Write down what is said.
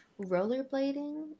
rollerblading